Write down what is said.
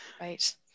Right